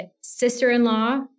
sister-in-law